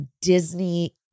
Disney